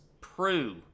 prue